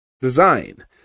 design